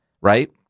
right